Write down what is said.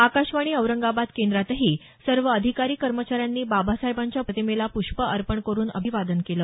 आकाशवाणी औरंगाबाद केंद्रातही सर्व अधिकारी कर्मचाऱ्यांनी बाबासाहेबांच्या प्रतिमेला पुष्प अर्पण करुन अभिवादन केलं